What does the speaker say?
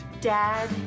Dad